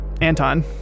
Anton